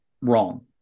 wrong